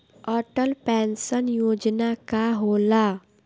Atal pension Yojana का होला?